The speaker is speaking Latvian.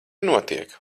notiek